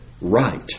right